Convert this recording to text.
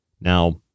now